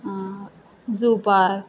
zoo park